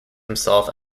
himself